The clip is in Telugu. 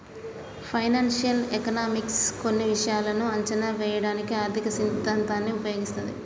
ఫైనాన్షియల్ ఎకనామిక్స్ కొన్ని విషయాలను అంచనా వేయడానికి ఆర్థిక సిద్ధాంతాన్ని ఉపయోగిస్తది